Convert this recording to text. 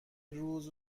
روز